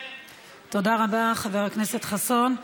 תודה רבה, חבר הכנסת חסון.